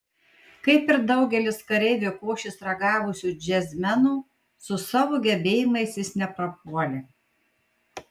kaip ir daugelis kareivio košės ragavusių džiazmenų su savo gebėjimais jis neprapuolė